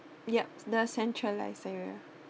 yup the centralised area